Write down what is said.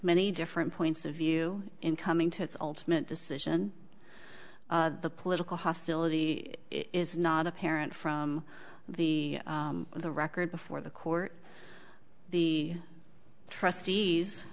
many different points of view in coming to its ultimate decision the political hostility is not apparent from the the record before the court the trustees